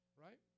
right